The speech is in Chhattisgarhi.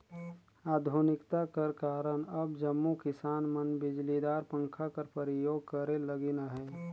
आधुनिकता कर कारन अब जम्मो किसान मन बिजलीदार पंखा कर परियोग करे लगिन अहे